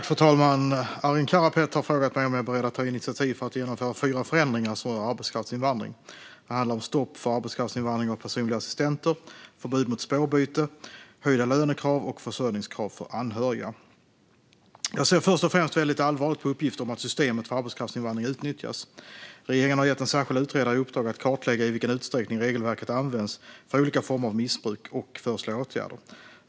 Fru talman! Arin Karapet har frågat mig om jag är beredd att ta initiativ för att genomföra fyra förändringar som rör arbetskraftsinvandring. Det handlar om stopp för arbetskraftsinvandring av personliga assistenter, förbud mot spårbyte, höjda lönekrav samt försörjningskrav för anhöriga. Jag ser först och främst väldigt allvarligt på uppgifter om att systemet för arbetskraftsinvandring utnyttjas. Regeringen har gett en särskild utredare i uppdrag att kartlägga i vilken utsträckning regelverket används för olika former av missbruk och föreslå åtgärder.